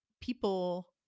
people